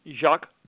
Jacques